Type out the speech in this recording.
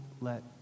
let